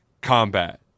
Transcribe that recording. combat